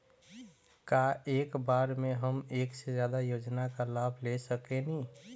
का एक बार में हम एक से ज्यादा योजना का लाभ ले सकेनी?